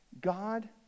God